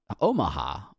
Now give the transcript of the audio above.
Omaha